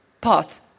path